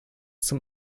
zum